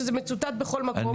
שזה מצוטט בכל מקום,